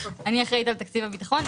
אני אחראית על תקציב הביטחון.